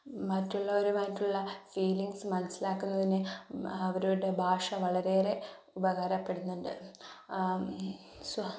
മറ്റുള്ളവരുമായിട്ടുള്ള feelings മനസ്സിലാക്കുന്നതിന് അവരുടെ ഭാഷ വളരെയേറെ ഉപകാരപ്പെടുന്നുണ്ട്